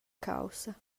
caussa